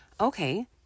Okay